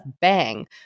bang